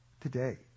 Today